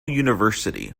university